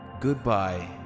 Goodbye